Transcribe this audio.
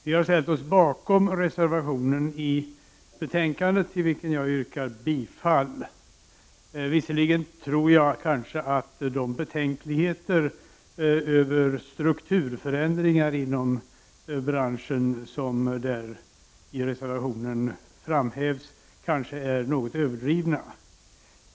Vi har ställt oss bakom reservationen i betänkandet, till vilken jag yrkar bifall, även om jag tror att de betänkligheter inför risker för strukturförändringar inom branschen som kommer till uttryck i reservationen kanske är någon överdrivna.